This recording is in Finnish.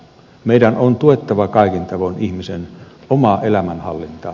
meidän on tuettava kaikin tavoin ihmisen omaa elämänhallinta